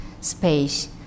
space